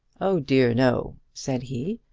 oh dear no, said he.